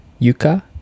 Yuka